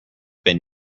been